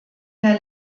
mehr